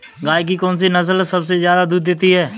गाय की कौनसी नस्ल सबसे ज्यादा दूध देती है?